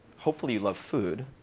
hopefully you love food.